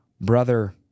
brother